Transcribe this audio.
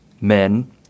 men